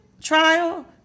trial